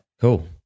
cool